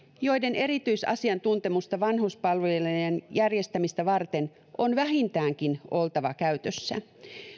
joiden erityisasiantuntemusta vanhuspalvelujen järjestämistä varten on vähintäänkin oltava käytössä